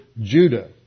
Judah